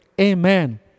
Amen